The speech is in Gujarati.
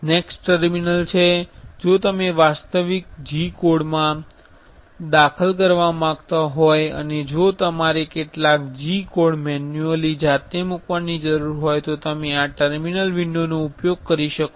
નેક્સ્ટ ટર્મિનલ છે જો તમે વાસ્તવિક G કોડમાં દખલ કરવા માંગતા હો અને જો તમારે કેટલાક G કોડ મેન્યુઅલી જાતે મૂકવાની જરૂર હોય તો તમે આ ટર્મિનલ વિંડોનો ઉપયોગ કરી શકો છો